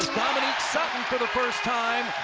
dominique sutton for the first time.